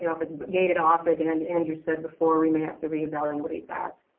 you know if it's but gated off as and andrew said before, we may have to reevaluate that,